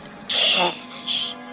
Cash